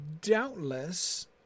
doubtless